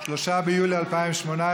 30 נגד.